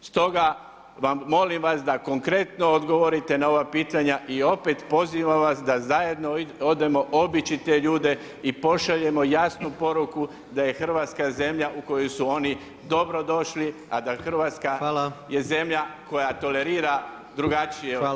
Stoga molim vas da konkretno odgovorite na ova pitanja i opet pozivam vas da zajedno odemo obići te ljude i pošaljemo jasnu poruku da je Hrvatska zemlja u kojoj su oni dobro došli a da Hrvatska je zemlja koja tolerira drugačije osobine.